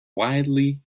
widely